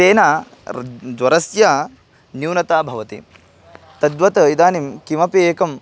तेन ज्वरस्य न्यूनता भवति तद्वत् इदानीं किमपि एकं